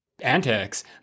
antics